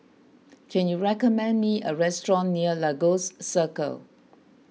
can you recommend me a restaurant near Lagos Circle